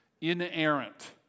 inerrant